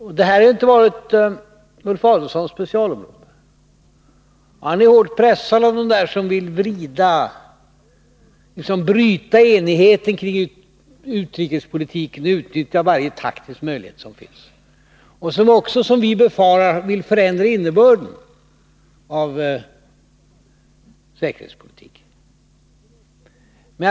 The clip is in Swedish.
Det här har inte varit Ulf Adelsohns specialområde. Han är hårt pressad av dem som vill bryta enigheten om utrikespolitiken och utnyttjar varje taktisk möjlighet som finns och som också, som vi befarar, vill förändra innebörden av säkerhetspolitiken.